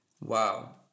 Wow